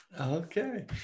Okay